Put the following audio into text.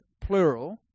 plural